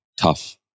tough